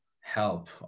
help